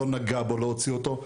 הוא לא נגע בו, לא הוציא אותו.